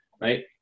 right